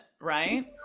Right